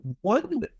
one